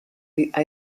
die